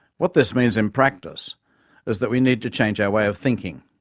what this means in practice is that we need to change our way of thinking.